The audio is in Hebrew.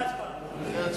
אחרי ההצבעה.